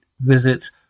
visits